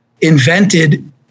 invented